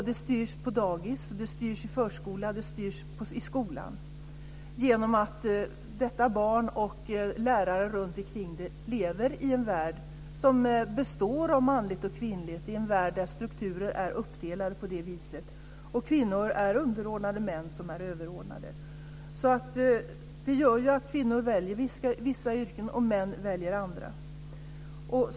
Det styrs i dagis och förskola, i skolan, genom att barnet och lärare runtikring det lever i en värld som består av manligt och kvinnligt, i en värld där strukturer är uppdelade så, där kvinnor är underordnade män. Det gör att kvinnor väljer vissa yrken och män väljer andra.